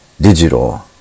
digital